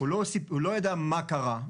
הוא לא ידע מה קרה.